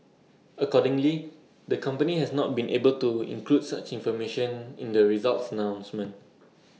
accordingly the company has not been able to include such information in the results announcement